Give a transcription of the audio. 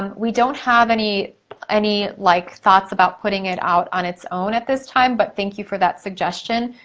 um we don't have any any like thoughts about putting it out on it's own at this time, but thank you for that suggestion.